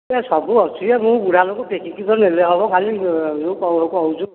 ସେ ସବୁ ଅଛି ଯେ ମୁଁ ବୁଢ଼ା ଲୋକ ଟେକିକି ତ ନେଲେ ହେବ ଖାଲି ତୁ କ'ଣ କହୁଛୁ